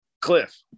Cliff